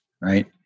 right